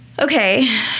okay